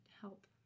help